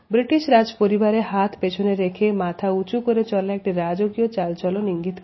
British রাজপরিবারে হাত পেছনে রেখে মাথা উঁচু করে চলা একটি রাজকীয় চালচলন ইঙ্গিত করে